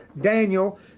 Daniel